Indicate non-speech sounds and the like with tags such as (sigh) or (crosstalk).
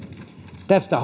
tästä (unintelligible)